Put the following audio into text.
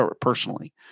personally